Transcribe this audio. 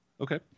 Okay